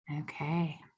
Okay